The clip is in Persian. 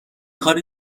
کار